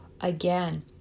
again